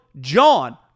JOHN